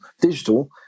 digital